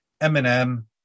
Eminem